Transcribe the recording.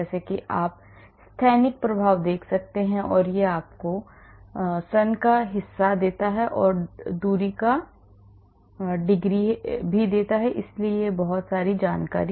जैसा कि आप स्थैतिक प्रभाव देख सकते हैं और यह आपको सनकी हिस्सा देता है यह दूरी की डिग्री है इसलिए इस पर बहुत सारी जानकारी